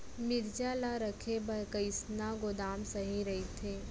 मिरचा ला रखे बर कईसना गोदाम सही रइथे?